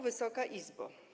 Wysoka Izbo!